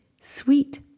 sweet